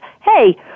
hey